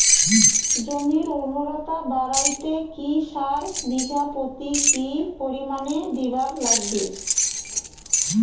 জমির উর্বরতা বাড়াইতে কি সার বিঘা প্রতি কি পরিমাণে দিবার লাগবে?